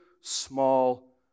small